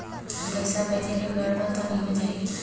पइसा भेजेक हर गड़बड़ तो नि होए जाही?